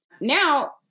Now